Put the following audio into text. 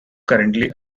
currently